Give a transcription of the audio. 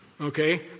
Okay